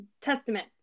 Testament